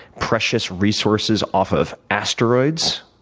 precious resources off of asteroids,